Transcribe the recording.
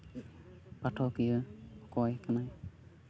ᱯᱟᱴᱷᱚᱠᱤᱭᱟᱹ ᱚᱠᱚᱭ ᱠᱟᱱᱟᱭ